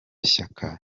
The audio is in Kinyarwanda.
shyaka